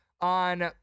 on